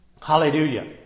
Hallelujah